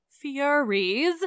Furies